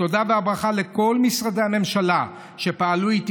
התודה והברכה לכל משרדי הממשלה שפעלו איתי